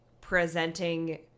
presenting